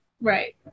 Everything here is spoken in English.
Right